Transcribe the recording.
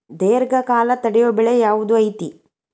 ದೇರ್ಘಕಾಲ ತಡಿಯೋ ಬೆಳೆ ಯಾವ್ದು ಐತಿ?